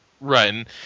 right